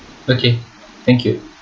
okay thank you